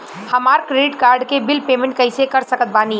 हमार credit card के bill payment कइसे कर सकत बानी?